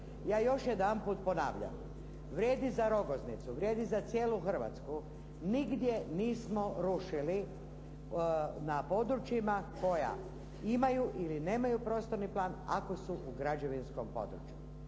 Ja još jedanput ponavljam, vrijedi za Rogoznicu, vrijedi za cijelu Hrvatsku, nigdje nismo rušili na područjima koja imaju ili nemaju prostorni plan ako su u građevinskom području.